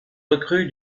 recrue